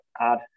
add